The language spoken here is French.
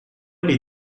les